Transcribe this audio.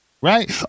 Right